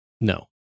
No